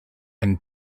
and